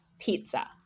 pizza